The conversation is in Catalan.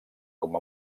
com